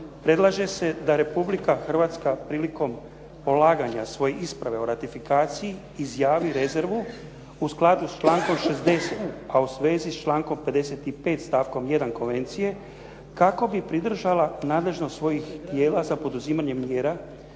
predlaže se da Republika Hrvatska prilikom polaganja svoje isprave o ratifikaciji izjavi rezervu u skladu s člankom 60. a u svezu s člankom 55. stavkom 1. konvencije kako bi pridržala nadležnost svojih tijela za poduzimanje mjera